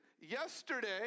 yesterday